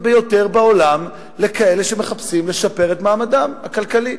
ביותר בעולם לכאלה שמחפשים לשפר את מעמדם הכלכלי.